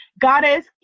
Goddess